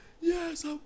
yes